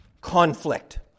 conflict